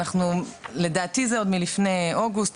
ולדעתי זה עוד מלפני אוגוסט,